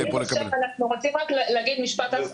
אנחנו רוצים רק להגיד משפט אחרון.